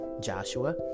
Joshua